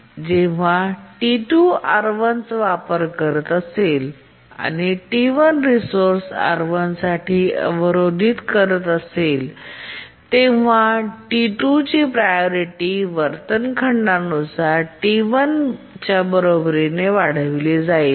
जेव्हा T2 R 1 चा वापर करीत आहे आणि T1 रिसोर्स R1 साठी अवरोधित करत आहे तेव्हा T2 ची प्रायोरिटी वर्तन खंडानुसार T1 च्या बरोबरीने वाढवली जाईल